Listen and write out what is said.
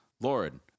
Lord